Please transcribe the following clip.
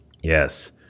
Yes